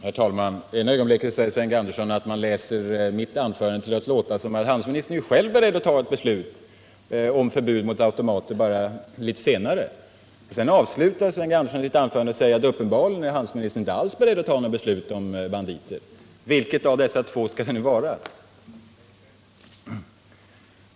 Herr talman! I ena ögonblicket säger Sven G. Andersson att man tolkar mitt anförande så att handelsministern själv är beredd att ta ett beslut om förbud mot automater litet senare. I andra ögonblicket säger han att handelsministern uppenbarligen inte alls är beredd att ta något beslut om banditer. Vilket av dessa två påståenden skall det nu vara?